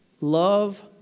Love